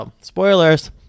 spoilers